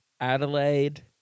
Adelaide